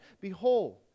behold